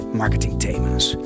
marketingthema's